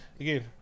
again